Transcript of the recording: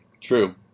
True